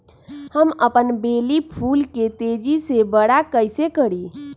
हम अपन बेली फुल के तेज़ी से बरा कईसे करी?